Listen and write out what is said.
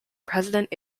president